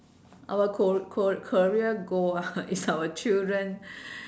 our car~ car~ career goal ah is our children